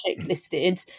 listed